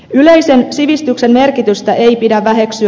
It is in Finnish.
yleisen sivistyksen merkitystä ei pidä väheksyä